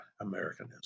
Americanism